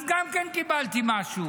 אז גם כן קיבלתי משהו.